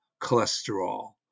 cholesterol